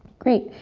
great,